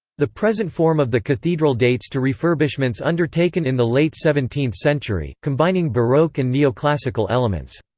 the present form of the cathedral dates to refurbishments undertaken in the late seventeenth century, combining baroque and neoclassical elements.